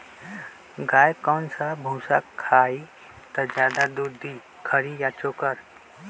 गाय कौन सा भूसा खाई त ज्यादा दूध दी खरी या चोकर?